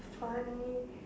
funny